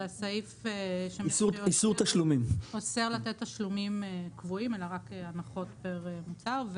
זה הסעיף שאוסר לתת תשלומים קבועים אלא רק הנחות פר מוצר,